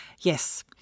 Yes